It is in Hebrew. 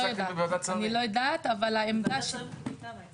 אני לא יודעת מה היה